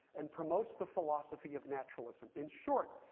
and promotes the philosophy of naturalism. in short,